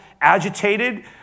agitated